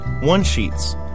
one-sheets